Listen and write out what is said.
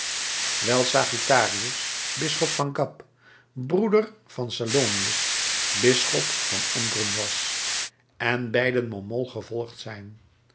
wijl sagittarius bisschop van gap broeder van salonius bisschop van embrun was en beiden mommol gevolgd zijn